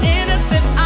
innocent